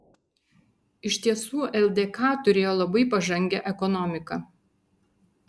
iš tiesų ldk turėjo labai pažangią ekonomiką